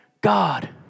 God